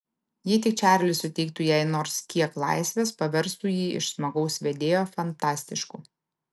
jei tik čarlis suteiktų jai nors kiek laisvės paverstų jį iš smagaus vedėjo fantastišku